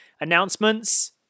announcements